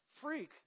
freak